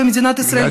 במדינת ישראל,